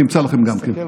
אני אמצא לכם גם כן,